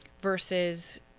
versus